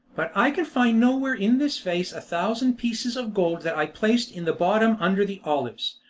but i can find nowhere in this vase a thousand pieces of gold that i placed in the bottom under the olives.